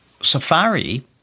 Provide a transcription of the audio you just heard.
Safari